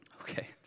Okay